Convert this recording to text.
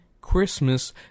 Christmas